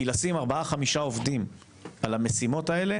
כי לשים 4-5 עובדים על המשימות האלה